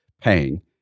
paying